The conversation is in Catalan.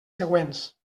següents